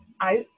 out